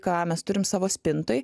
ką mes turim savo spintoj